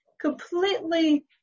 completely